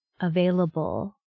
available